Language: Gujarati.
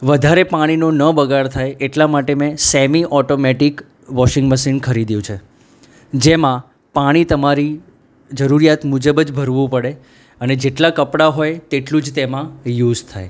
વધારે પાણીનો ન બગાડ થાય એટલા માટે મેં સેમી ઓટોમેટિક વોશિંગ મશીન ખરીદ્યું છે જેમાં પાણી તમારી જરૂરિયાત મુજબ જ ભરવું પડે અને જેટલાં કપડાં હોય તેટલું જ તેમાં યુઝ થાય